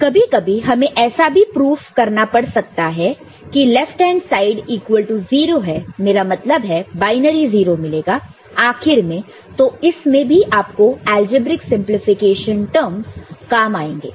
और कभी कभी हमें ऐसा भी प्रूफ करना पड़ सकता है कि left hand side equal to 0 है मेरा मतलब है बायनरी 0 मिलेगा आखिर में तो इसमें भी आपको अलजेब्रिक सिंपलीफिकेशन टर्मस काम आएंगे